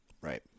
Right